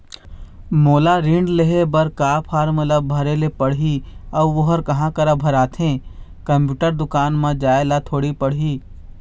मोला ऋण लेहे बर का फार्म ला भरे ले पड़ही अऊ ओहर कहा करा भराथे, कंप्यूटर दुकान मा जाए ला थोड़ी पड़ही?